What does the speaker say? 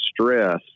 stress